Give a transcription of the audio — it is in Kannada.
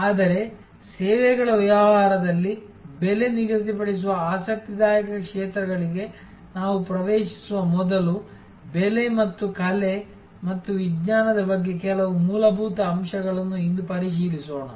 ಆದರೆ ಸೇವೆಗಳ ವ್ಯವಹಾರದಲ್ಲಿ ಬೆಲೆ ನಿಗದಿಪಡಿಸುವ ಆಸಕ್ತಿದಾಯಕ ಕ್ಷೇತ್ರಗಳಿಗೆ ನಾವು ಪ್ರವೇಶಿಸುವ ಮೊದಲು ಬೆಲೆ ಮತ್ತು ಕಲೆ ಮತ್ತು ವಿಜ್ಞಾನದ ಬಗ್ಗೆ ಕೆಲವು ಮೂಲಭೂತ ಅಂಶಗಳನ್ನು ಇಂದು ಪರಿಶೀಲಿಸೋಣ